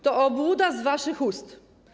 To obłuda z waszych ust.